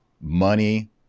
money